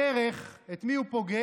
בדרך, את מי הוא פוגש?